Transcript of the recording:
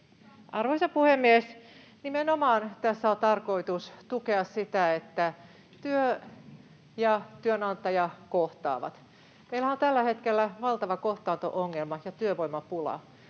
Arvoisa puhemies! Nimenomaan tässä on tarkoitus tukea sitä, että työntekijä ja työnantaja kohtaavat. Meillähän on tällä hetkellä valtava kohtaanto-ongelma ja työvoimapula,